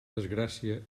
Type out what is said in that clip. desgràcia